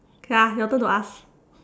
K lah your turn to ask